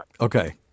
Okay